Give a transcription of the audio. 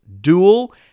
dual